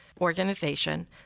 organization